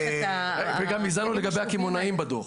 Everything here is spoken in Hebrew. וגם הזהרנו לגבי הקמעונאים בדוח.